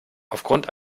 aufgrund